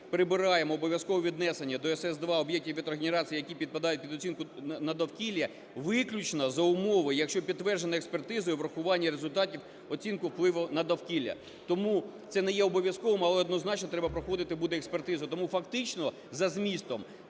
перебираємо обов'язкове внесення до СС2 об'єктів вітрогенерації, які підпадають під оцінку на довкілля, виключно за умови, якщо підтверджено експертизою врахування результатів оцінку впливу на довкілля. Тому це не є обов'язковим, але однозначно треба проходити буде експертизу. Тому фактично за змістом